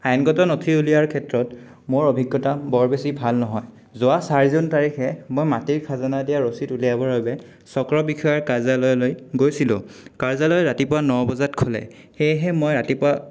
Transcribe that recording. আইনগত নথি উলিওৱাৰ ক্ষেত্ৰত মোৰ অভিজ্ঞতা বৰ বেছি ভাল নহয় যোৱা চাৰি জুন তাৰিখে মই মাটিৰ খাজানা দিয়া ৰচিদ উলিয়াবৰ বাবে চক্ৰ বিষয়ৰ কাৰ্যালয়লৈ গৈছিলোঁ কাৰ্যালয় ৰাতিপুৱা ন বজাত খোলে সেয়েহে মই ৰাতিপুৱা